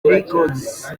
records